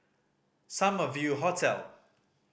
Summer View Hotel